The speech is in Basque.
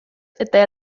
eta